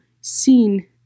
seen